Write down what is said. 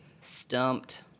stumped